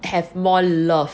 have more love